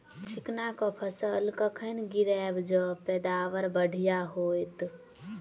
चिकना कऽ फसल कखन गिरैब जँ पैदावार बढ़िया होइत?